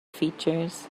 features